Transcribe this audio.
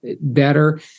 better